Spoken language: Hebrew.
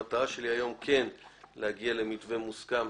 המטרה שלי היום היא להגיע למתווה מוסכם,